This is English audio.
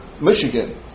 Michigan